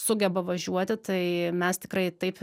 sugeba važiuoti tai mes tikrai taip